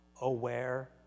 aware